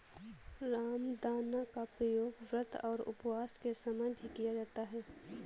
रामदाना का प्रयोग व्रत और उपवास के समय भी किया जाता है